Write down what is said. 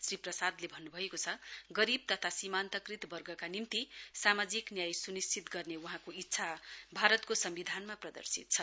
श्री प्रसादले भन्नुभएको छ गरीब तथा सीमान्तकृत वर्गका निम्ति सामाजिक न्याय सुनिश्चित गर्ने वहाँको इच्छा भारतको सम्विधानमा प्रदर्शित छ